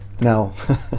Now